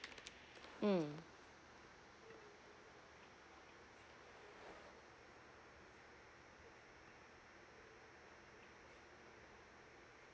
mm